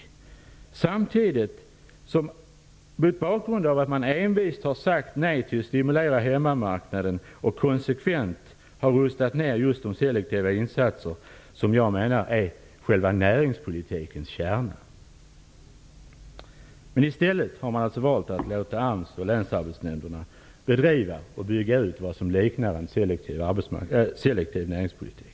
Man har envist sagt nej till att stimulera hemmamarknaden och man har konsekvent rustat ner just de selektiva insatser som jag anser vara själva näringspolitikens kärna. I stället har man valt att låta AMS och länsarbetsnämnderna bedriva och bygga ut något som liknar selektiv näringspolitik.